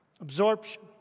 Absorption